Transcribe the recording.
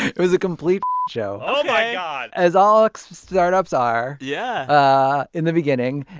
it was a complete show. oh, my god. as all startups are. yeah. ah in the beginning.